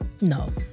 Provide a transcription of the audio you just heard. No